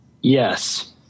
Yes